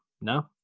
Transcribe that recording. no